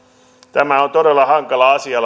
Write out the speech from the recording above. tämä on todella hankala asia